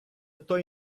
той